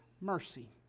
mercy